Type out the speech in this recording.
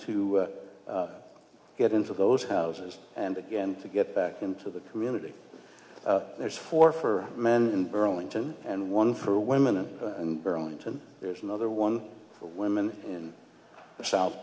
to get into those houses and again to get back into the community there's four for men in burlington and one for women and burlington there's another one for women in the south